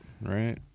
right